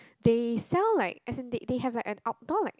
they sell like as in they they have an outdoor like